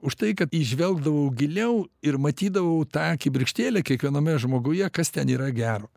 už tai kad įžvelgdavau giliau ir matydavau tą kibirkštėlę kiekviename žmoguje kas ten yra gero